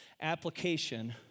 application